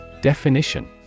Definition